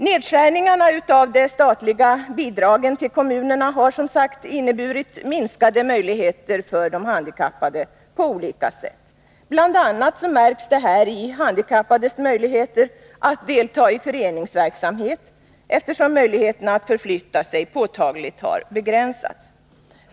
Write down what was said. Nedskärningarna av de statliga bidragen till kommunerna har som sagt inneburit minskade möjligheter för handikappade på olika sätt. Bl. a. märks detta i handikappades möjligheter att delta i föreningsverksamhet, eftersom möjligheterna att förflytta sig påtagligt har begränsats.